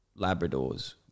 labradors